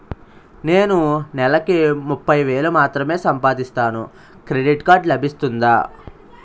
నేను నెల కి ముప్పై వేలు మాత్రమే సంపాదిస్తాను క్రెడిట్ కార్డ్ లభిస్తుందా?